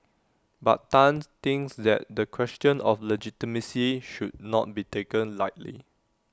but Tan thinks that the question of legitimacy should not be taken lightly